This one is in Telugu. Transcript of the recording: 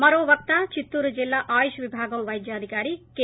మరో వక్త చిత్తూరు జిల్లా ఆయుష్ విభాగం వైద్యాధికారి కె